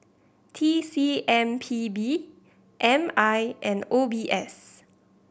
T C M P B M I and O B S